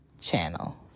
channel